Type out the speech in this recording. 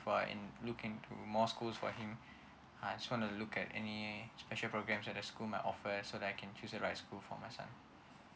I'm looking for more schools for him I just wanna look at any special programs at the school may offer so that I can choose the right school for my son